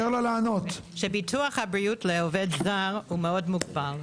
רציתי גם להסביר שביטוח הבריאות לעובד זר הוא מאוד מוגבל.